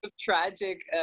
tragic